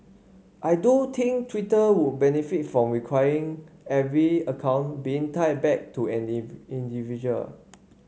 I do think Twitter would benefit from requiring every account being tied back to an individual